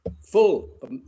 full